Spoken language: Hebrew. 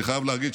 אני חייב להגיד,